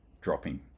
dropping